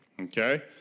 okay